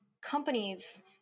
companies